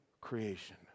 creation